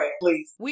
please